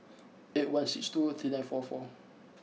eight one six two three nine four four